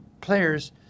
players